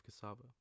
cassava